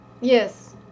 Yes